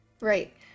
Right